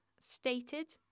stated